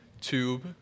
tube